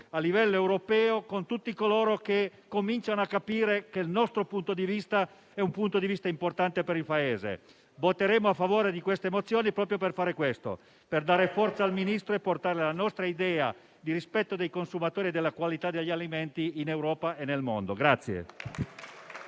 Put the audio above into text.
a livello europeo, con tutti coloro che cominciano a capire che il nostro punto di vista è importante per il Paese. Voteremo a favore di queste mozioni proprio per dare forza al Ministro e per portare la nostra idea di rispetto dei consumatori e della qualità degli alimenti in Europa e nel mondo.